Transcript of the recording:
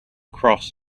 cross